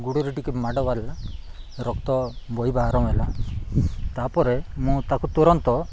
ଗୋଡ଼ରେ ଟିକେ ମାଡ଼ ବାହାରିଲା ରକ୍ତ ବହିିବା ଆରମ ହେଲା ତା'ପରେ ମୁଁ ତାକୁ ତୁରନ୍ତ